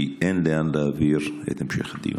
כי אין לאן להעביר את המשך הדיון.